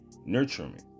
nurturing